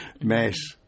mess